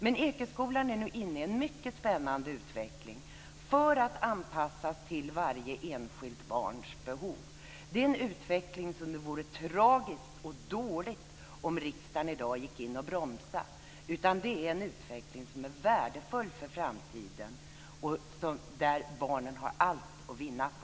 Men Ekeskolan är nu inne i en mycket spännande utveckling för att anpassas till varje enskilt barns behov. Det är en utveckling som det vore tragiskt och dåligt om riksdagen i dag gick in och bromsade, för det är en utveckling som är värdefull för framtiden och som barnen har allt att vinna på.